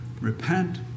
Repent